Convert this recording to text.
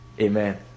Amen